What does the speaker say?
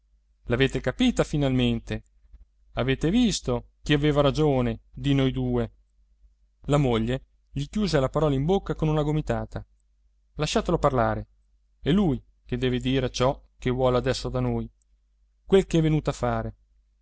l'avete capita finalmente avete visto chi aveva ragione di noi due la moglie gli chiuse la parola in bocca con una gomitata lasciatelo parlare è lui che deve dire ciò che vuole adesso da noi quel ch'è venuto a fare